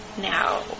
now